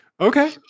Okay